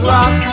Rock